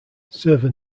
server